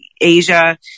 Asia